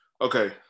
okay